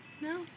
No